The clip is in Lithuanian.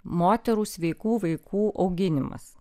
moterų sveikų vaikų auginimas